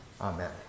Amen